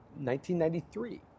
1993